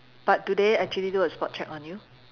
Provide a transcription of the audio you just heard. but do they actually do a spot check on you